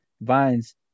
Vines